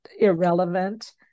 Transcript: irrelevant